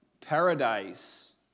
paradise